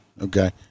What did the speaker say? okay